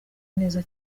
neza